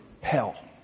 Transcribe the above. hell